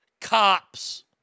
cops